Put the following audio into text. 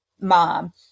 mom